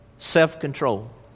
Self-control